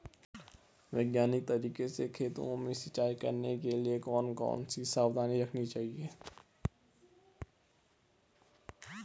वैज्ञानिक तरीके से खेतों में सिंचाई करने के लिए कौन कौन सी सावधानी रखनी चाहिए?